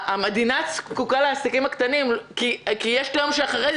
המדינה זקוקה לעסקים הקטנים כי יש את היום שאחרי.